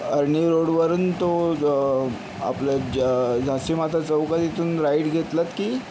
अरणी रोडवरून तो जो आपलं ज झांसी माता चौक आहे तिथून राईट घेतलात की